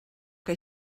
que